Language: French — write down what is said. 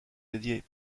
dédié